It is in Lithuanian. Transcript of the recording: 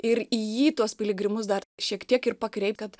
ir į jį tuos piligrimus dar šiek tiek ir pakreipt kad